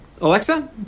Alexa